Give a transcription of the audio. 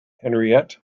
henriette